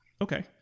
Okay